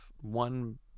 one